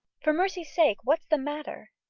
for mercy's sake what's the matter?